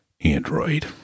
Android